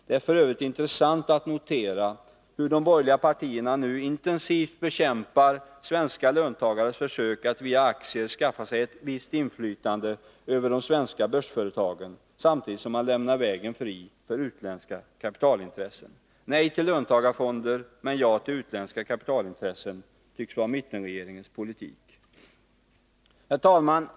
Det är f. ö. intressant att notera hur de borgerliga partierna nu intensivt bekämpar svenska löntagares försök att via aktier skaffa sig ett visst inflytande över de svenska börsföretagen, samtidigt som man lämnar vägen fri för utländska kapitalintressen. Nej till löntagarfonder, men ja till utländska kapitalintressen tycks vara mittenregeringens politik. Herr talman!